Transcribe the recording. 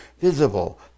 visible